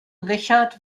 richard